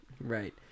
Right